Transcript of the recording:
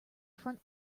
front